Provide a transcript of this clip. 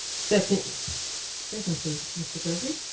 second discussion please, mr gregory